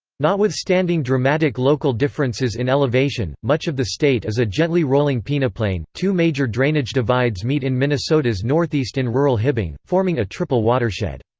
notwithstanding dramatic local differences in elevation, much of the state is a gently rolling peneplain two major drainage divides meet in minnesota's northeast in rural hibbing, forming a triple watershed.